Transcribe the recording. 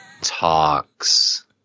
talks